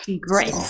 great